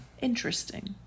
Interesting